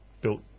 built